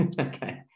okay